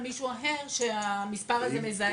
על מישהו אחר שאותו מזהה המספר הזה?